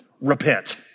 Repent